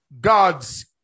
God's